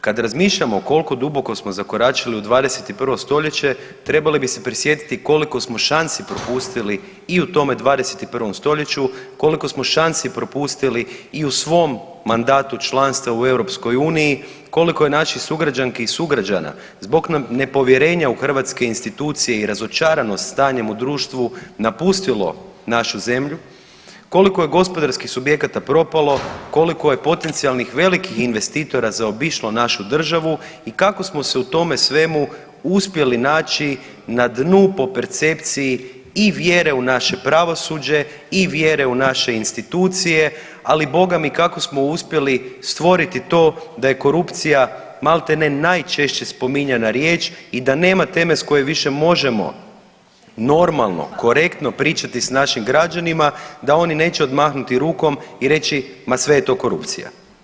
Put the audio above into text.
Kad razmišljamo koliko duboko smo zakoračili u 21. stoljeće trebali se prisjetiti koliko smo šansi propustili i u tome 21. stoljeću, koliko smo šansi propustili i u svom mandatu članstva u EU koliko je naših sugrađanki i sugrađana zbog nepovjerenja u hrvatske institucije i razočaranost stanjem u društvu napustilo našu zemlju, koliko je gospodarskih subjekata propalo, koliko je potencijalnih velikih investitora zaobišlo našu državu i kako smo se u tome svemu uspjeli naći na dnu po percepciji i vjere u naše pravosuđe i vjere u naše institucije, ali i bogami kako smo uspjeli stvori to da je korupcija maltene najčešće spominjana riječ i da nema teme s koje više možemo normalno korektno pričati s našim građanima da oni neće odmahnuti rukom i reći, ma sve je to korupcija.